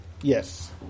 Yes